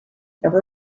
ever